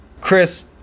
Chris